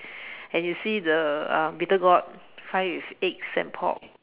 and you see the um bitter gourd fry with eggs and pork